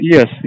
Yes